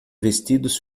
vestidos